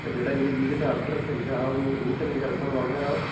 ചേട്ടാ എനിക്ക് വീടിൻ്റ അഡ്രസ്സ് എനിക്ക് ആ ഒരു റൂട്ട് ഒന്ന് എനിക്ക് പറഞ്ഞു തരാമോ